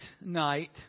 night